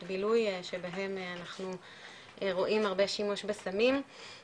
בילוי שבהם אנחנו רואים הרבה שימוש בסמים,